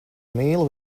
mīlu